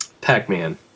Pac-Man